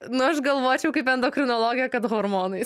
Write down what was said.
nu aš galvočiau kaip endokrinologė kad hormonais